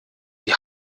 die